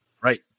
Right